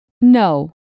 No